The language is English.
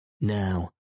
Now